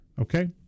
okay